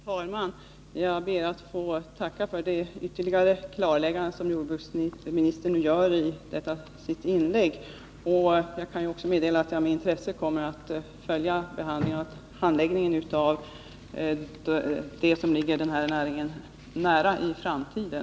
Herr talman! Jag ber att få tacka för det ytterligare klarläggande som jordbruksministern nu gjorde i sitt andra inlägg. Jag kan också meddela att jag med intresse kommer att följa handläggningen av de frågor som ligger nära denna näring i framtiden.